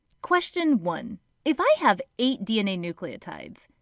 question one if i have eight dna nucleotides,